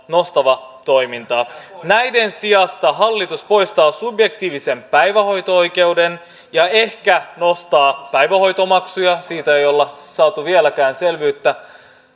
nostavaa toimintaa näiden sijasta hallitus poistaa subjektiivisen päivähoito oikeuden ja ehkä nostaa päivähoitomaksuja siitä ei ole saatu vieläkään selvyyttä